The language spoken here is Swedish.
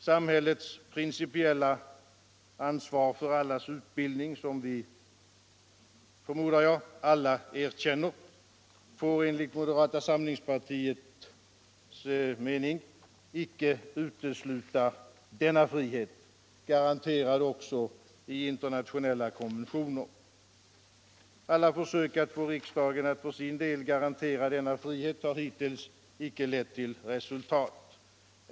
Samhällets principiella ansvar för allas utbildning, som vi — förmodar jag — alla erkänner, får enligt moderata samlingspartiets mening inte utesluta denna frihet, garanterad också i internationella konventioner. Alla försök att få riksdagen att för sin del garantera denna frihet har hittills inte lett till resultat.